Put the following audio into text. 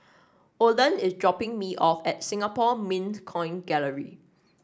Oland is dropping me off at Singapore Mint Coin Gallery